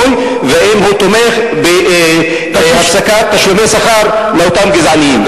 והאם הוא תומך בהפסקת תשלומי שכר לאותם גזענים?